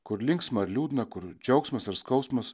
kur linksma ar liūdna kur džiaugsmas ar skausmas